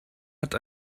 hat